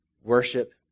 Worship